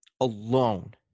alone